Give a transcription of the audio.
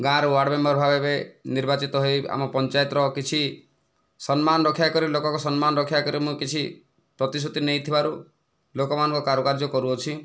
ଗାଁର ୱାର୍ଡମେମ୍ବର ଭାବେ ନିର୍ବାଚିତ ହୋଇ ଆମ ପଞ୍ଚାୟତର କିଛି ସମ୍ମାନ ରକ୍ଷା କରି ଲୋକଙ୍କ ସମ୍ମାନ ରକ୍ଷା କରି ମୁଁ କିଛି ପ୍ରତିଶ୍ରୁତି ନେଇଥିବାରୁ ଲୋକମାନଙ୍କ କାରୁକାର୍ଯ୍ୟ କରୁଅଛି